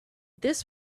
this